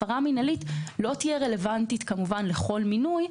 הפרה מינהלית לא תהיה רלוונטית לכל מינוי,